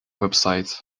websites